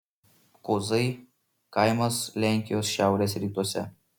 kozai kaimas lenkijos šiaurės rytuose